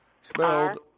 spelled